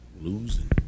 losing